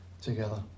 together